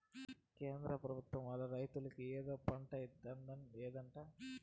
కేంద్ర పెభుత్వం వాళ్ళు రైతులకి ఏదో ఫండు ఇత్తందట ఏందది